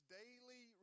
daily